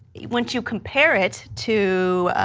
once you compare it to,